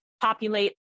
populate